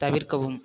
தவிர்க்கவும்